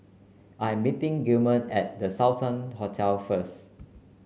I'm meeting Gilman at The Sultan Hotel first